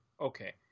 Okay